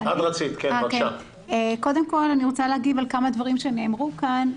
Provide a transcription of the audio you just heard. רוצה להגיב על כמה דברים שנאמרו כאן.